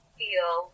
feel